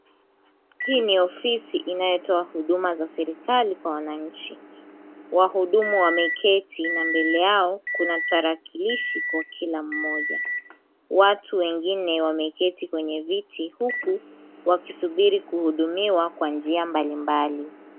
Hii ni ofisi inayotoa huduma za serikali kwa wananchi. Wahudumu wameketi na mbele yao kuna tarakilishi kwa kila mmoja. Watu wengine wameketi kwenye viti huku wakisubiri kuhudumiwa kwa njia mbalimbali.